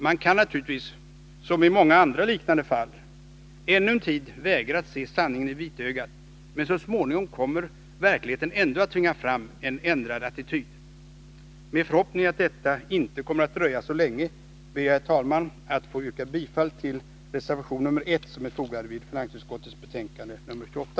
Man kan naturligtvis, som i många andra liknande fall, ännu en tid vägra att se sanningen i vitögat, men så småningom kommer verkligheten ändå att tvinga fram en ändrad attityd. Med förhoppning om att detta inte kommer att dröja så länge ber jag, herr talman, att få yrka bifall till reservation 1, som är fogad till finansutskottets betänkande nr 28.